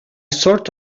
sort